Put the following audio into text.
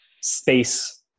space